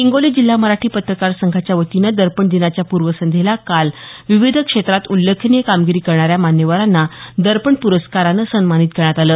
हिंगोली जिल्हा मराठी पत्रकार संघाच्या वतीनं दर्पण दिनाच्या पूर्वसंध्येला काल विविध क्षेत्रात उल्लेखनिय कामगिरी करणाऱ्या मान्यवरांना दर्पण प्रस्कारानं सन्मानित करण्यात आलं